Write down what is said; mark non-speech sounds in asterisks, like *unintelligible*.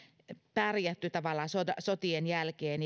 pärjätty tavallaan sotien jälkeen *unintelligible*